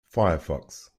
firefox